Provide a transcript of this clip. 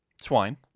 Swine